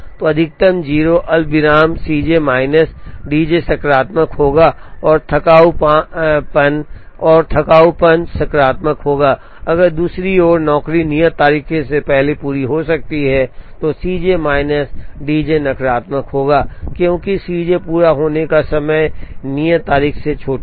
तो अधिकतम ० अल्पविराम C J minus D J सकारात्मक होगा और थकाऊपन सकारात्मक होगा अगर दूसरी ओर नौकरी नियत तारीख से पहले पूरी हो जाती है तो C J minus D J नकारात्मक होगा क्योंकि सी जे पूरा होने पर समय नियत तारीख से छोटा होगा